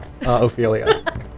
Ophelia